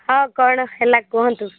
ହଁ କ'ଣ ହେଲା କୁହନ୍ତୁ